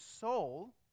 soul